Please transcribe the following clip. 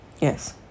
Yes